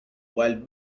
wild